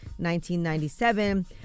1997